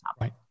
Right